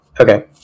okay